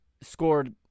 scored